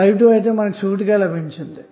i2 మనకు సూటిగా లభించింది